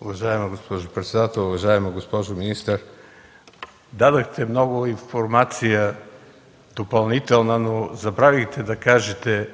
Уважаема госпожо председател, уважаема госпожо министър! Дадохте много допълнителна информация, но забравихте да кажете